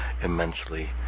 immensely